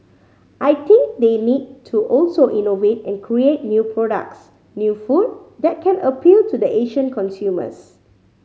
I think they need to also innovate and create new products new food that can appeal to the Asian consumers